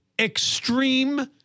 extreme